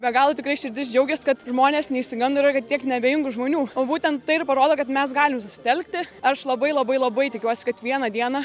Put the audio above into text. be galo tikrai širdis džiaugias kad žmonės neišsigando yra kad tiek neabejingų žmonių o būtent tai ir parodo kad mes galim susitelkti aš labai labai labai tikiuosi kad vieną dieną